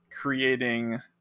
creating